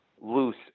loose